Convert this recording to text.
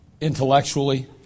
intellectually